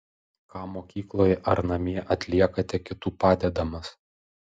ką mokykloje ar namie atliekate kitų padedamas